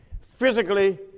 physically